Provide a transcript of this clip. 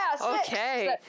Okay